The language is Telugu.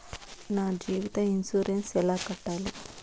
నా జీవిత ఇన్సూరెన్సు ఎలా కట్టాలి?